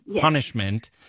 punishment